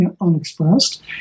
unexpressed